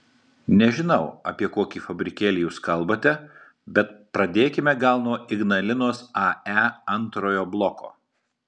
nežinau apie kokį fabrikėlį jūs kalbate bet pradėkime gal nuo ignalinos ae antrojo bloko